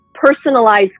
personalized